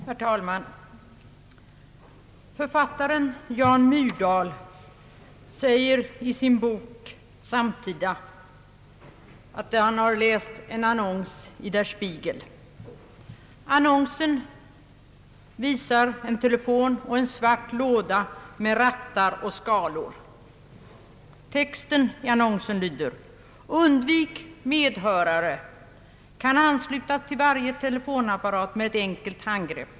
Herr talman! Författaren Jan Myrdal säger i sin bok Samtida att han har sett en annons i Der Spiegel. Annonsen visar en telefon och en svart låda med rattar och skalor. Texten lyder: »Undvik medhörare. Kan anslutas till varje telefonapparat med ett enkelt handgrepp.